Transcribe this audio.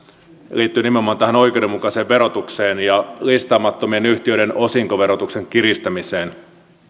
liittyy nimenomaan tähän oikeudenmukaiseen verotukseen ja listaamattomien yhtiöiden osinkoverotuksen kiristämiseen